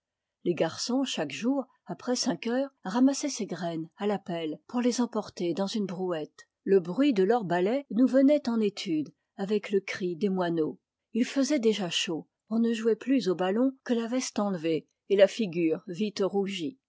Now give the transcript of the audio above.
les garçons chaque jour après cinq heures ramassaient ces graines à la pelle pour les emporter dans une brouette le bruit de leurs balais nous venait eh étude avec le cri des moineaux il faisait déjà chaud on ne jouait plus au ballon que la veste enlevée et lâ figure vite rougie